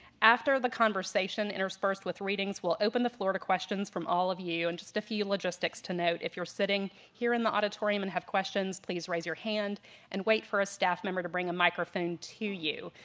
after the conversation interspersed with readings, we'll open the floor to questions from all of you. and just a few logistics to note, if you're sitting here in the auditorium and have questions, please raise your hand and wait for a staff member to bring a microphone to you.